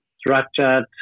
structured